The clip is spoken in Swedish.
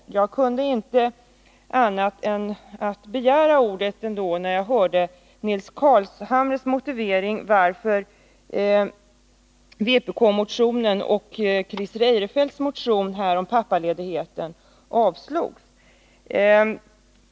Men jag kunde inte annat än begära ordet, när jag hörde Nils Carlshamres motivering till att vpk-motionen och Christer Eirefelts motion om pappaledigheten avstyrkts.